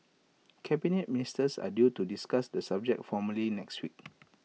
Cabinet Ministers are due to discuss the subject formally next week